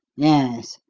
yes.